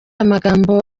amagambo